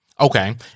Okay